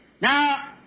Now